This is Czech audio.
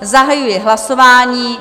Zahajuji hlasování.